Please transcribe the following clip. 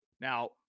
Now